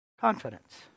confidence